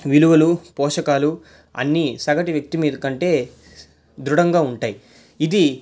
విలువలు పోషకాలు అన్ని సగటు వ్యక్తి మీద కంటే దృఢంగా ఉంటాయి ఇది